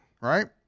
right